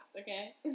okay